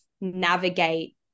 navigate